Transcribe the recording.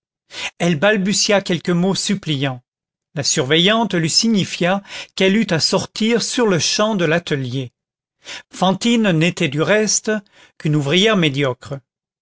elle balbutia quelques mots suppliants la surveillante lui signifia qu'elle eût à sortir sur-le-champ de l'atelier fantine n'était du reste qu'une ouvrière médiocre